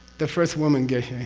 the first woman geshe.